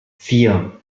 vier